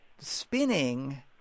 spinning